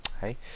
hey